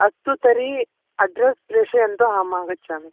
अस्तु तर्हि अड्रस् प्रेषयन्तु अहम् आगच्छामि